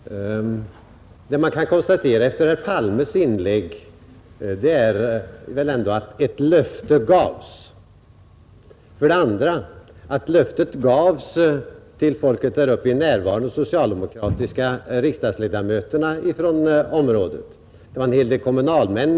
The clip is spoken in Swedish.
Fru talman! Vad man kan konstatera efter herr Palmes inlägg är väl ändå att ett löfte gavs och att det löftet gavs till folket däruppe i närvaro av de socialdemokratiska riksdagsledamöterna i detta område och en hel del kommunalmän.